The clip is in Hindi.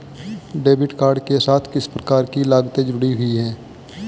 डेबिट कार्ड के साथ किस प्रकार की लागतें जुड़ी हुई हैं?